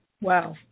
Wow